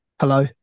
hello